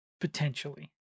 Potentially